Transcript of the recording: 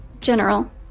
General